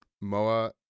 Moa